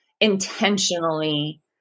intentionally